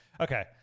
Okay